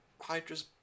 Hydra's